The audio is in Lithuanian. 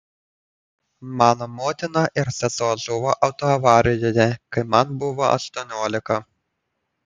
mano motina ir sesuo žuvo autoavarijoje kai man buvo aštuoniolika